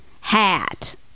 hat